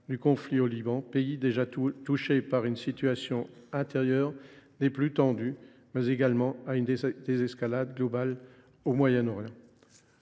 le conflit au Liban, pays dont la situation intérieure était déjà tendue, mais également à une désescalade globale au Moyen Orient.